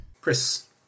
Chris